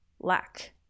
lack